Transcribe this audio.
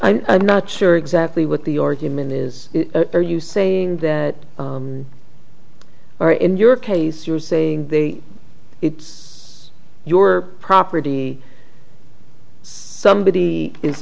it i'm not sure exactly what the argument is are you saying that or in your case you're saying they it's your property somebody is